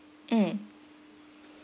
mm